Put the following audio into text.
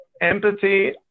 empathy